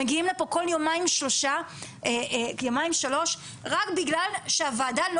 מגיעים לפה כל יומיים שלושה רק בגלל שהוועדה לא